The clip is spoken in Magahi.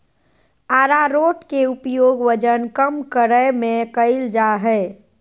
आरारोट के उपयोग वजन कम करय में कइल जा हइ